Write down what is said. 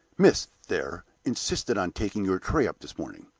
miss, there, insisted on taking your tray up this morning.